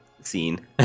scene